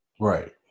Right